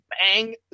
bang